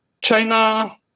China